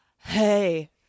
Hey